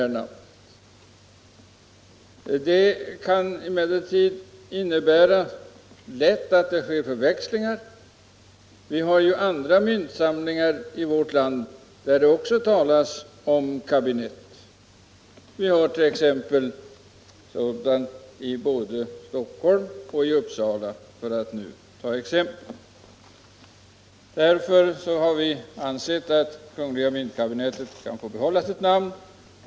Man kan lätt få förväxlingar om vi ändrar namnet. Vi har ju andra myntsamlingar i vårt land där det också talas om kabinett. Vi har sådana både i Stockholm och Uppsala, för att ta ett par exempel. Därför har vi ansett att kungl. myntkabinettet kan få behålla sitt namn.